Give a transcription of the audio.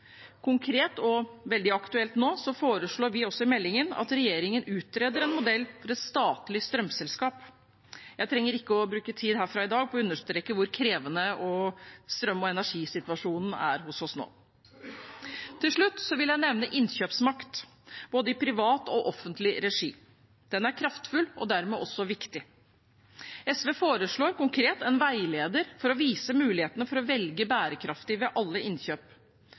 Konkret, og veldig aktuelt nå, foreslår vi også i meldingen at regjeringen utreder en modell for et statlig strømselskap. Jeg trenger ikke å bruke tid herfra i dag på å understreke hvor krevende strøm- og energisituasjonen er hos oss nå. Til slutt vil jeg nevne innkjøpsmakt, i både privat og offentlig regi. Den er kraftfull og dermed også viktig. SV foreslår konkret en veileder for å vise mulighetene for å velge bærekraftig ved alle innkjøp.